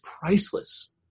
priceless